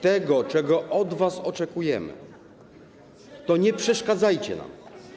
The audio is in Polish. To, czego od was oczekujemy, to: nie przeszkadzajcie nam.